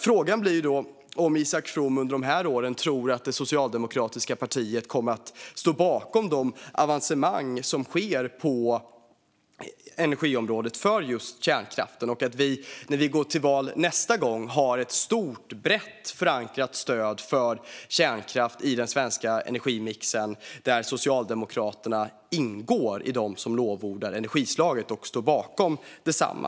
Frågan blir då om Isak From tror att det socialdemokratiska partiet under de här åren kommer att stå bakom de avancemang som sker på energiområdet för just kärnkraften så att vi, när vi går till val nästa gång, har ett stort och brett förankrat stöd för kärnkraft i den svenska energimixen, där Socialdemokraterna ingår bland dem som lovordar energislaget och står bakom detsamma.